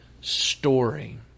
story